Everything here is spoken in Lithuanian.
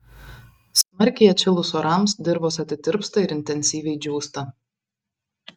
smarkiai atšilus orams dirvos atitirpsta ir intensyviai džiūsta